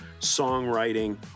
Songwriting